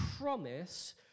promise